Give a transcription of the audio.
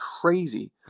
crazy